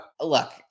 look